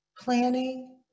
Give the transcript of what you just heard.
planning